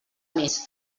mes